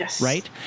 right